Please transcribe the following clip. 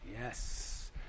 Yes